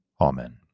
Amen